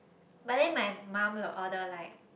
but then my mum will order like